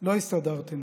לא הסתדרתם.